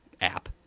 app